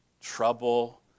trouble